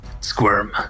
squirm